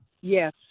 yes